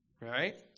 right